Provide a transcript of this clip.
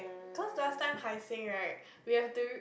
cause last time Hai-Sing right we have to